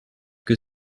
que